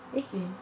eh